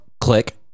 click